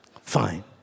Fine